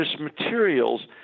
materials